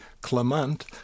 Clement